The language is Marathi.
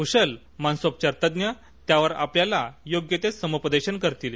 कृशल मानसोपचार तज्ज्ञ त्यावर आपल्याला योग्य ते समुपदेशन करतील